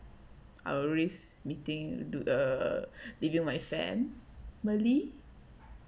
I always meeting do~ err leaving my family